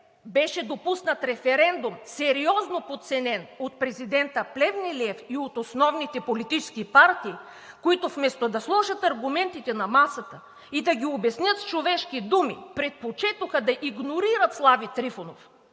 беше допуснат референдум –сериозно подценен от президента Плевнелиев и от основните политически партии, които вместо да сложат аргументите си на масата и да обяснят с човешки думи, предпочетоха да игнорират Слави Трифонов